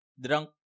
Drunk